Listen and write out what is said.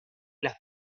las